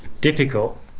difficult